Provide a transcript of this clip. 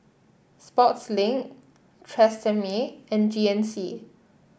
Sportslink Tresemme and G N C